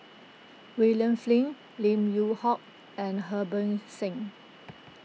William Flint Lim Yew Hock and Harbans Singh